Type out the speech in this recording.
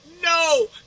no